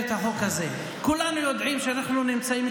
כולנו יודעים שאנחנו נמצאים,